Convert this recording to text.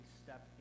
step